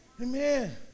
Amen